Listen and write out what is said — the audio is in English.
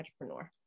entrepreneur